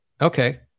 okay